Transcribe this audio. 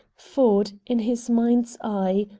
ford, in his mind's eye,